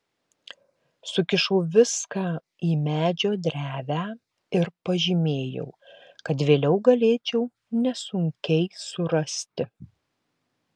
sukišau viską į medžio drevę ir pažymėjau kad vėliau galėčiau nesunkiai surasti